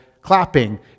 clapping